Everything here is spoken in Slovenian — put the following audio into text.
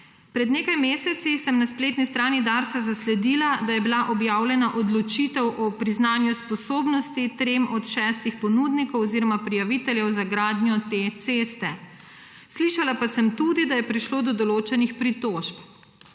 Pred nekaj meseci sem na spletni strani Darsa zasledila, da je bila objavljena odločitev o priznanju sposobnosti trem od šestih ponudnikov oziroma prijaviteljev za gradnjo te ceste. Slišala pa sem tudi, da je prišlo do določenih pritožb.